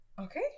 Okay